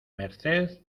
merced